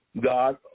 God